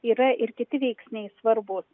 yra ir kiti veiksniai svarbūs